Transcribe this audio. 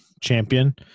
champion